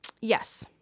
Yes